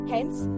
Hence